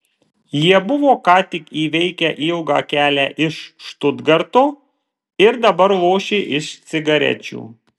jie buvo ką tik įveikę ilgą kelią iš štutgarto ir dabar lošė iš cigarečių